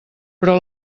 però